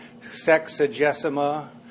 sexagesima